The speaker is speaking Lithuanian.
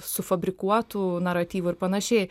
sufabrikuotų naratyvų ir panašiai